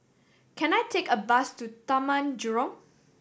can I take a bus to Taman Jurong